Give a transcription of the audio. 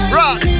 rock